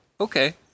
okay